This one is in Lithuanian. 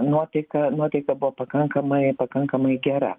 nuotaika nuotaika buvo pakankamai pakankamai gera